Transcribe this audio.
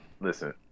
Listen